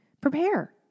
Prepare